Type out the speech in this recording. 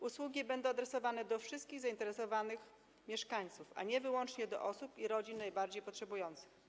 Usługi będą adresowane do wszystkich zainteresowanych mieszkańców, a nie wyłącznie do osób i rodzin najbardziej potrzebujących.